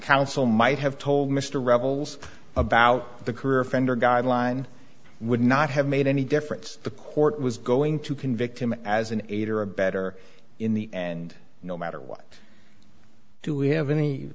counsel might have told mr revels about the career offender guideline would not have made any difference the court was going to convict him as an eight or a better in the end no matter what do we have any